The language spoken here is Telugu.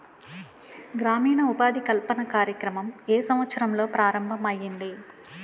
గ్రామీణ ఉపాధి కల్పన కార్యక్రమం ఏ సంవత్సరంలో ప్రారంభం ఐయ్యింది?